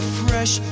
fresh